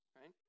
right